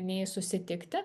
nei susitikti